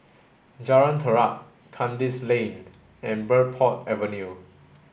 Jalan Terap Kandis Lane and Bridport Avenue